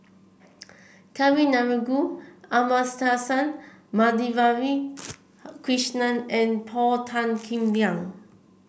Kavignareru Amallathasan Madhavi Krishnan and Paul Tan Kim Liang